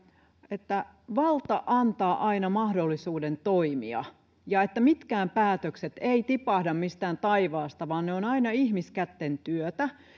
että valta antaa aina mahdollisuuden toimia ja mitkään päätökset eivät tipahda mistään taivaasta vaan ne ovat aina ihmiskätten työtä